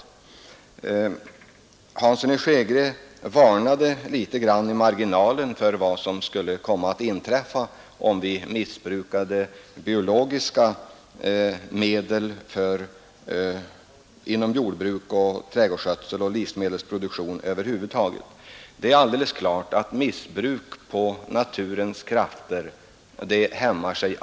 Herr Hansson i Skegrie varnade litet i marginalen för vad som skulle kunna inträffa om vi missbrukade biologiska medel inom jordbruket, trädgårdskötseln och livsmedelsproduktion över huvud taget. Det är alldeles klart att missbruk av naturens krafter alltid hämmar sig.